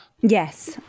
Yes